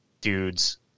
dudes